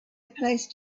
placed